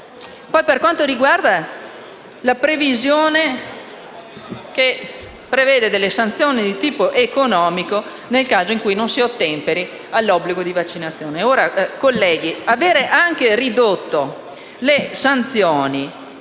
c'è. Per quanto riguarda la previsione di sanzioni di tipo economico nel caso in cui non si ottemperi all'obbligo di vaccinazione,